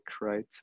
right